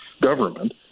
government